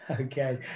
Okay